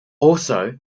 also